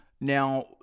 Now